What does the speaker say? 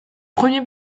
premier